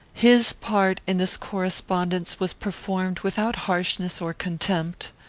his part in this correspondence was performed without harshness or contempt.